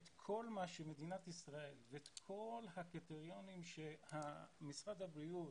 את כל מה שמדינת ישראל ואת כל הקריטריונים שמשרד הבריאות,